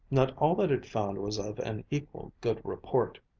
not all that it found was of an equal good report.